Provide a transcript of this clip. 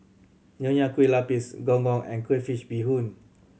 Nonya Kueh Lapis Gong Gong and crayfish beehoon